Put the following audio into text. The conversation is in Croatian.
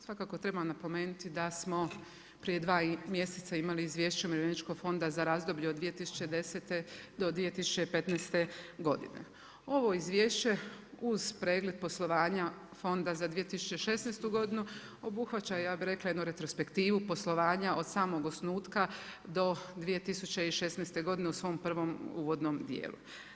Svakako treba napomenuti da smo prije dva mjeseca imali Izvješće Umirovljeničkog fonda za razdoblje od 2010. do 2015. godine Ovo izvješće uz pregled poslovanja Fonda za 2016. godinu obuhvaća ja bih rekla jednu retrospektivu poslovanja od samog osnutka do 2016. godine u svom prvom uvodnom dijelu.